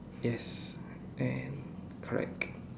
yes and correct